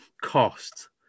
cost